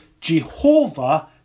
Jehovah